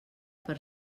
per